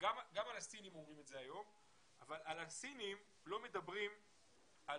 גם על הסינים אומרים את זה אבל לא מדברים על